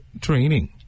training